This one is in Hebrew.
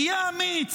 תהיה אמיץ,